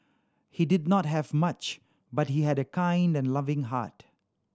he did not have much but he had a kind and loving heart